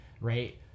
right